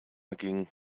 ging